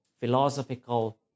philosophical